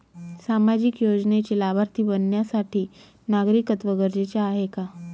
सामाजिक योजनेचे लाभार्थी बनण्यासाठी नागरिकत्व गरजेचे आहे का?